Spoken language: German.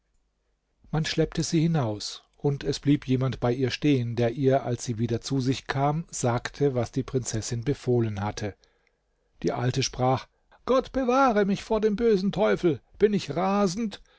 man schleppte sie hinaus und es blieb jemand bei ihr stehen der ihr als sie wieder zu sich kam sagte was die prinzessin befohlen hatte die alte sprach gott bewahre mich vor dem bösen teufel bin ich rasend